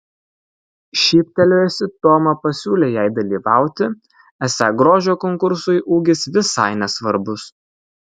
šyptelėjusi toma pasiūlė jai dalyvauti esą grožio konkursui ūgis visai nesvarbus